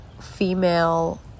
female